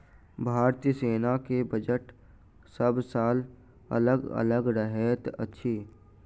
भारतीय सेनाक बजट सभ साल अलग अलग रहैत अछि